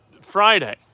Friday